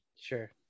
Sure